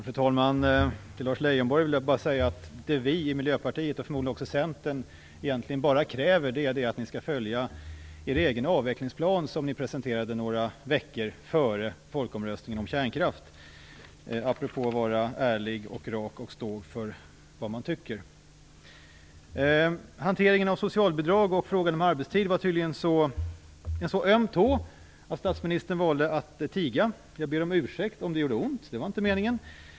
Fru talman! Till Lars Leijonborg vill jag säga att det enda vi i Miljöpartiet och förmodligen också Centern kräver är att ni skall följa er egen avvecklingsplan, som ni presenterade några veckor före folkomröstningen om kärnkraft - detta apropå att vara ärlig och rak och stå för vad man tycker. Hanteringen av socialbidrag och frågan om arbetstid var tydligen en så öm tå att statsministern valde att tiga. Jag ber om ursäkt om det gjorde ont; det var inte meningen.